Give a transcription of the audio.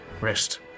rest